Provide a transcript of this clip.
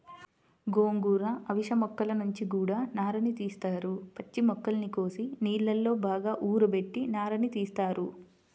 గోంగూర, అవిశ మొక్కల నుంచి గూడా నారని తీత్తారు, పచ్చి మొక్కల్ని కోసి నీళ్ళలో బాగా ఊరబెట్టి నారని తీత్తారు